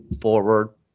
forward